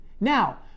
Now